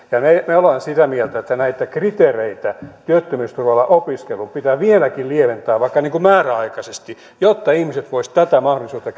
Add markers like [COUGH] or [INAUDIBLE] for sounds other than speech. me olemme sitä mieltä että näitä kriteereitä työttömyysturvalla opiskeluun pitää vieläkin lieventää vaikka määräaikaisesti jotta ihmiset voisivat tätä mahdollisuutta [UNINTELLIGIBLE]